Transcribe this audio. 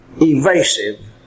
evasive